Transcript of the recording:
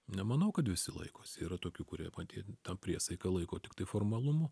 nemanau kad visi laikosi yra tokių kurie matyt tą priesaiką laiko tiktai formalumu